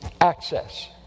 Access